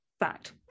fact